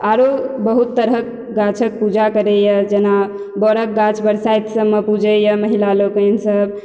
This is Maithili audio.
आरो बहुत तरहक गाछक पूजा करैया जेना बड़क गाछ बरसाइत सबमे पुजैया महिला लोकनि सब